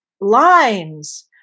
lines